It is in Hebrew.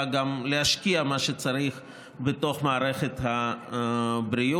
גם להשקיע מה שצריך בתוך מערכת הבריאות.